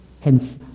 Hence